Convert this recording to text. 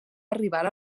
arribar